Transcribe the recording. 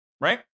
right